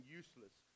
useless